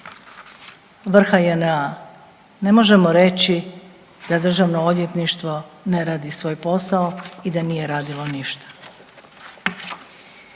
vrha JNA. Ne možemo reći da državno odvjetništvo ne radi svoj posao i da nije radilo ništa.